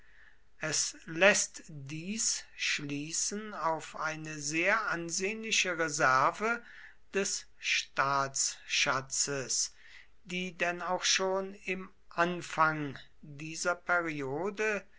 es läßt dies schließen auf eine sehr ansehnliche reserve des staatsschatzes die denn auch schon im anfang dieser periode